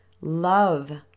Love